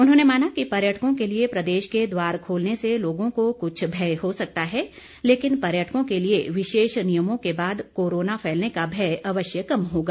उन्होंने माना कि पर्यटकों के लिए प्रदेश के द्वार खोलने से लोगों को कुछ भय हो सकता है लेकिन पर्यटकों के लिए विशेष नियमों के बाद कोरोना फैलने का भय अवश्य कम होगा